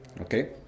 Okay